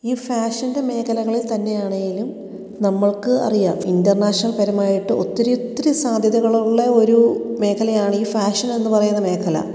ഈ ഫാഷൻ്റെ മേഖലകളിൽ തന്നെയാണേലും നമ്മൾക്ക് അറിയാം ഇൻ്റർനാഷണൽ പരമായിട്ട് ഒത്തിരി ഒത്തിരി സാധ്യതകളുള്ള ഒരു മേഖലയാണ് ഈ ഫാഷനെന്നു പറയുന്ന മേഖല